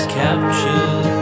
captured